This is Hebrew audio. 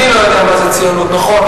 אני לא יודע מה זה ציונות, נכון.